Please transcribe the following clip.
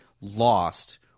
lost